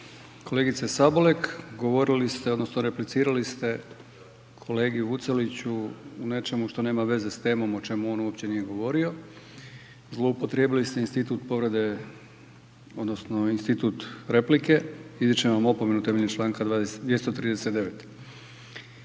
kolegice Sabolek, govorili ste, odnosno replicirali ste kolegi Vuceliću u nečemu što nema veze sa temom, o čemu on uopće nije govorio. Zloupotrijebili ste institut povrede, odnosno institut replike. Izričem vam opomenu temeljem članka 239.